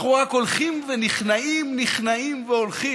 אנחנו רק הולכים ונכנעים, נכנעים והולכים,